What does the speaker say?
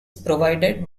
provided